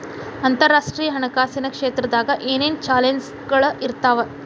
ಅಂತರರಾಷ್ಟ್ರೇಯ ಹಣಕಾಸಿನ್ ಕ್ಷೇತ್ರದಾಗ ಏನೇನ್ ಚಾಲೆಂಜಸ್ಗಳ ಇರ್ತಾವ